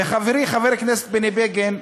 וחברי חבר הכנסת בני בגין,